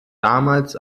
damals